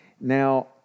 Now